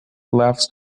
laughed